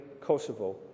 Kosovo